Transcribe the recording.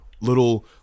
little